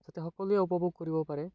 যাতে সকলোৱে উপভোগ কৰিব পাৰে